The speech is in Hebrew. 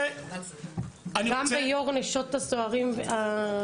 גם ביו"ר נשות הסוהרים יהיה גבר?